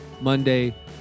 Monday